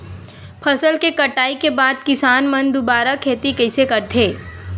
फसल के कटाई के बाद किसान मन दुबारा खेती कइसे करथे?